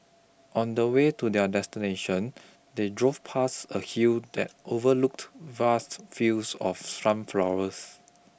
on the way to their destination they drove past a hill that overlooked vast fields of sunflowers